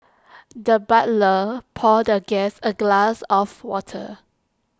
the butler poured the guest A glass of water